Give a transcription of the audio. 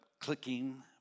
clicking